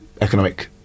economic